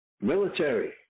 military